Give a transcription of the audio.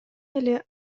эле